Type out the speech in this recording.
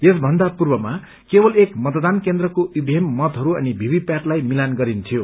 यसमन्दा पूर्वमा केवल एक मतदान केन्द्रको ईभीएम मतहरू अनि भीमी प्याटलाई मिलान गरिन्थ्यो